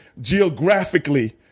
geographically